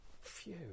phew